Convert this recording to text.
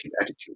attitude